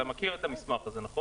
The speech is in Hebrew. אתה מכיר את המסמך הזה, נכון?